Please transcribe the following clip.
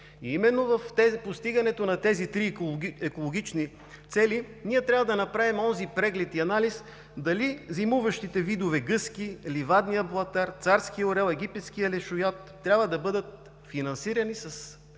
Именно в постигането на тези три екологични цели трябва да направим онзи преглед и анализ дали зимуващите видове гъски, ливадният блатар, царският орел, египетският лешояд трябва да бъдат финансирани с такъв